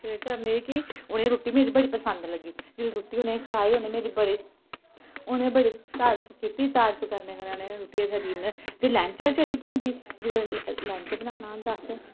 केह् करने कि उनें रुट्टी मेरी बड़ी पसंद लग्गी जिल्लै रुट्टी उनें खिलाई उनैं मेरी बड़ी उनैं बड़ी तारीफ कीती तारीफ करने कन्नै उनैं रुट्टी ते फ्ही डिनर फ्ही लंच आह्ली चढ़ी पौंदी जिल्लै लंच बनाना होंदा असैं